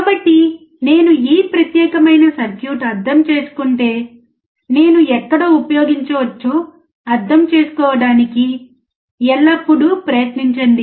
కాబట్టి నేను ఈ ప్రత్యేకమైన సర్క్యూట్ అర్థం చేసుకుంటే నేను ఎక్కడ ఉపయోగించవచ్చో అర్థం చేసుకోవడానికి ఎల్లప్పుడూ ప్రయత్నించండి